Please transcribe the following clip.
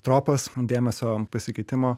tropas dėmesio pasikeitimo